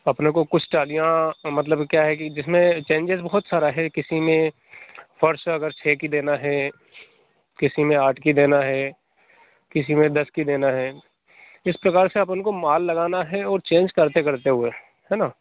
अपने को कुछ ट्रालियाँ मतलब क्या है कि जिसमें चेंजेज बहुत सारा है किसी में फर्स अगर छ की देना है किसी में आठ की देना है किसी में दस की देना है इस प्रकार से अपन को माल लगाना है और चेंज करते करते हुए है ना